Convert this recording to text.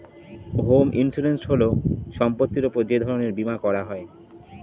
home insurance হল সম্পত্তির উপর যে ধরনের বীমা করা হয়